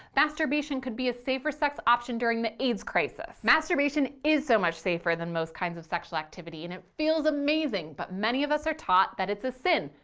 masturbation could be a safer sex option during the aids crisis. masturbation is so much safer than most kinds of sexual activity and it feels amazing, but many of us our taught that it's a sin,